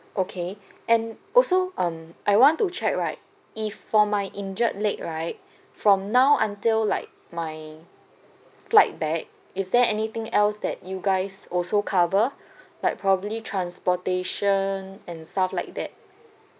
okay and also um I want to check right if for my injured leg right from now until like my flight back is there anything else that you guys also cover like probably transportation and stuff like that